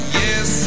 yes